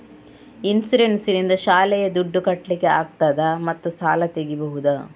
Insurance ನಿಂದ ಶಾಲೆಯ ದುಡ್ದು ಕಟ್ಲಿಕ್ಕೆ ಆಗ್ತದಾ ಮತ್ತು ಸಾಲ ತೆಗಿಬಹುದಾ?